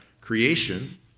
creation